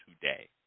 today